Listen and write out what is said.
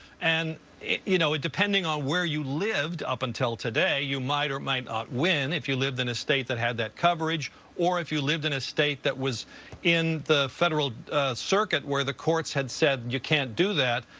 and you know, ah depending on where you lived, up until today, you might or might not win, if you lived in a state that had that coverage or if you lived in a state that was in the federal circuit where the courts had said, you can't do that.